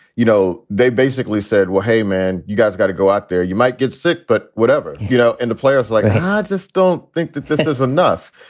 you know, they basically said, well, hey, man, you guys got to go out there, you might get sick, but whatever, you know, and the players like, i just don't think that this is enough.